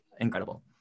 incredible